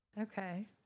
Okay